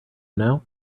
now